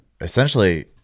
essentially